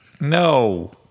No